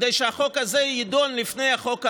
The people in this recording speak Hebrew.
כדי שהחוק הזה יידון לפני החוק האחר,